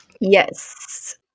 Yes